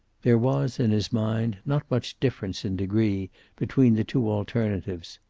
there was, in his mind, not much difference in degree between the two alternatives.